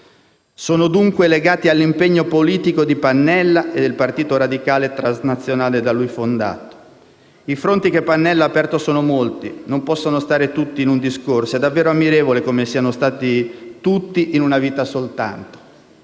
sono dunque legati all'impegno politico di Pannella e del Partito Radicale transnazionale da lui fondato. I fronti che Pannella ha aperto sono molti. Non possono stare tutti in un discorso; è davvero ammirevole come siano stati tutti in una vita soltanto.